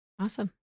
Awesome